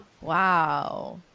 Wow